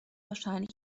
wahrscheinlich